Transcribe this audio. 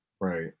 right